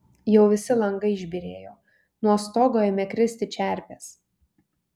jau visi langai išbyrėjo nuo stogo ėmė kristi čerpės